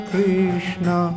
Krishna